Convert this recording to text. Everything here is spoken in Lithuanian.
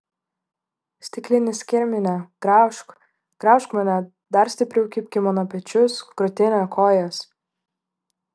stiklinis kirmine graužk graužk mane dar stipriau kibk į mano pečius krūtinę kojas